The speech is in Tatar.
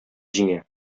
җиңә